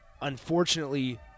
unfortunately